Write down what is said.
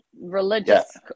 religious